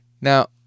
Now